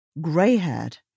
grey-haired